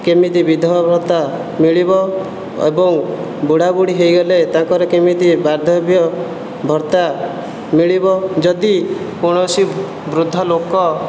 କେମିତି ବିଧବା ଭତ୍ତା ମିଳିବ ଏବଂ ବୁଢ଼ାବୁଢ଼ୀ ହୋଇଗଲେ ତାଙ୍କର କେମିତି ବାର୍ଦ୍ଧକ୍ୟ ଭତ୍ତା ମିଳିବ ଯଦି କୌଣସି ବୃଦ୍ଧଲୋକ